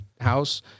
house